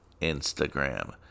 Instagram